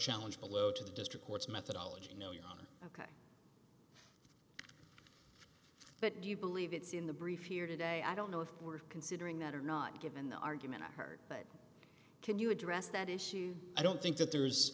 challenge below to the district court's methodology no yana ok but do you believe it's in the brief here today i don't know if we're considering that or not given the argument i heard but can you address that issue i don't think that there